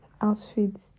outfits